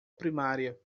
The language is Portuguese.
primária